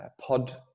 pod